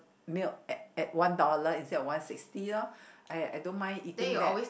milk at at one dollar instead of one sixty loh I don't mind eating that